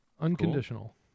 Unconditional